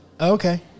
Okay